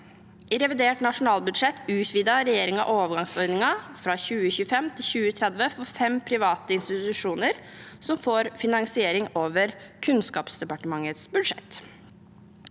I revidert nasjonalbudsjett utvidet regjeringen overgangsordningen fra 2025 til 2030 for fem private institusjoner, som får finansiering over Kunnskapsdepartementets budsjett.